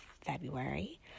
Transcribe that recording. February